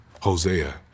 Hosea